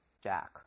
Jack